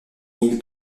mille